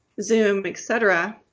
zoom, et cetera,